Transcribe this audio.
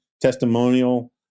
testimonial